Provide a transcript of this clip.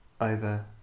over